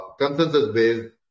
consensus-based